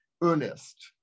earnest